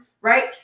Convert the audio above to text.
right